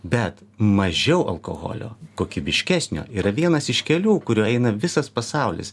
bet mažiau alkoholio kokybiškesnio yra vienas iš kelių kuriuo eina visas pasaulis